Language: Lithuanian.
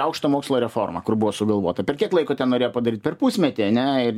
aukštojo mokslo reforma kur buvo sugalvota per kiek laiko ten norėjo padaryt per pusmetį ane ir